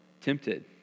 tempted